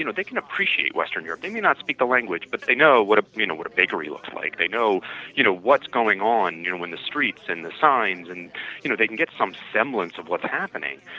you know they can appreciate western europe. they may not speak the language, but they know what you know what a bakery looks like, they know you know what's going on you know in the streets, in the signs and you know they can get some semblance of what's happening,